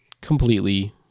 completely